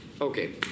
Okay